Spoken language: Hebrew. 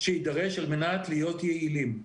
שיידרש על מנת להיות יעילים.